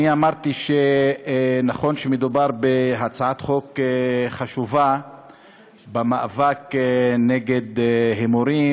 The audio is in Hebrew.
אני אמרתי שנכון שמדובר בהצעת חוק חשובה במאבק נגד הימורים,